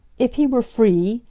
if he were free,